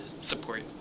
support